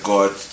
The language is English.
God